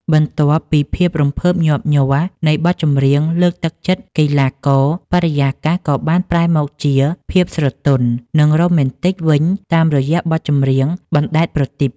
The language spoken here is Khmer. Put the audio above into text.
បន្ទាប់ពីភាពរំភើបញាប់ញ័រនៃបទចម្រៀងលើកទឹកចិត្តកីឡាករ បរិយាកាសក៏បានប្រែមកជាភាពស្រទន់ និងរ៉ូមែនទិកវិញតាមរយៈបទចម្រៀង បណ្តែតប្រទីប។